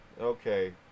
Okay